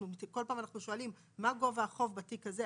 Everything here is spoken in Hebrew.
כל פעם אנחנו שואלים מה גובה החוב בתיק הזה?